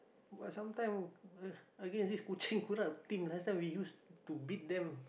but sometime again this kucing kurap team last time we used to beat them